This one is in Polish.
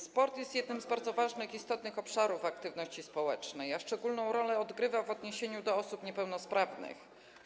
Sport jest jednym z bardzo ważnych, istotnych obszarów aktywności społecznej, a szczególną rolę odgrywa w odniesieniu do osób niepełnosprawnych.